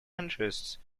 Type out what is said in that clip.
interests